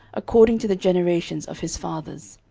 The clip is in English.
according to the generations of his fathers.